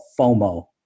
FOMO